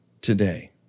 today